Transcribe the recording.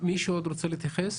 מישהו עוד רוצה להתייחס